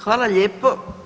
Hvala lijepo.